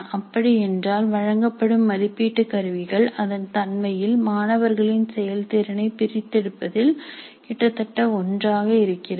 அப்படி என்றால் வழங்கப்படும் மதிப்பீட்டுக் கருவிகள் அதன் தன்மையில் மாணவர்களின் செயல்திறனை பிரித்தெடுப்பதில் கிட்டத்தட்ட ஒன்றாக இருக்கிறது